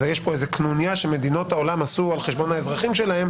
אז יש פה איזו קנוניה שמדינות העולם עשו על חשבון האזרחים שלהן,